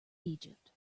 egypt